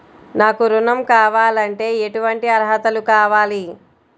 నాకు ఋణం కావాలంటే ఏటువంటి అర్హతలు కావాలి?